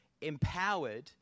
empowered